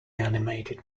animated